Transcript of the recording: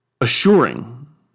assuring